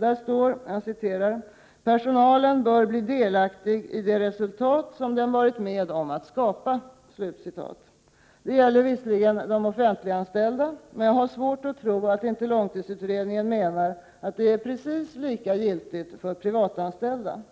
Den skriver: ”Personalen bör bli delaktig i det resultat som den varit med om att skapa.” Det gäller visserligen de offentliganställda, men jag har svårt att tro att inte långtidsutredningen menar att detta är precis lika giltigt för privatanställda.